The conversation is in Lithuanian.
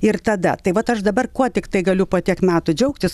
ir tada tai vat aš dabar kuo tiktai galiu po tiek metų džiaugtis